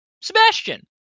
Sebastian